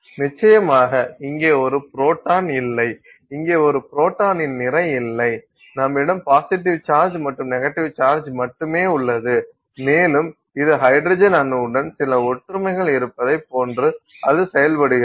நிச்சயமாக இங்கே ஒரு புரோட்டான் இல்லை இங்கே ஒரு புரோட்டானின் நிறை இல்லை நம்மிடம் பாசிட்டிவ் சார்ஜ் மற்றும் நெகட்டிவ் சார்ஜ் மட்டுமே உள்ளது மேலும் இது ஹைட்ரஜன் அணுவுடன் சில ஒற்றுமைகள் இருப்பதை போன்று அது செயல்படுகிறது